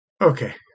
Okay